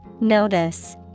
Notice